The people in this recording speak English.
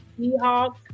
Seahawks